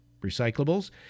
recyclables